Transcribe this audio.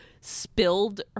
spilled